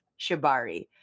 shibari